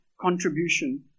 contribution